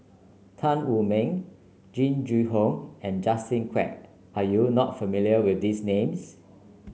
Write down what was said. Tan Wu Meng Jing Jun Hong and Justin Quek are you not familiar with these names